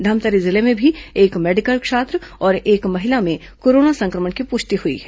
धमतरी जिले में भी एक मेडिकल छात्र और एक महिला में कोरोना संक्रमण की पुष्टि हुई है